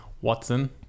Watson